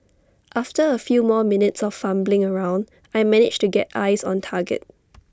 after A few more minutes of fumbling around I managed to get eyes on target